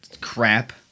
crap